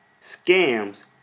scams